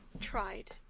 tried